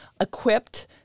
equipped